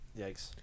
yikes